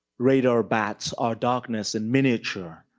radar bats are darkness and miniature.